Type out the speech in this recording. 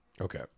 Okay